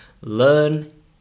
Learn